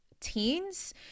teens